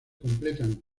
completan